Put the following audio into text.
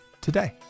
today